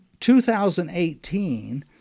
2018